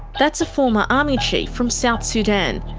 that's a former army chief from south sudan.